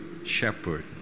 Shepherd